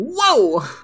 Whoa